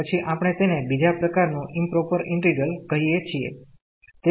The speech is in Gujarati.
પછી આપણે તેને બીજા પ્રકાર નું ઈમપ્રોપર ઇન્ટિગ્રલ કહીયે છીએ